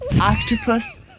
Octopus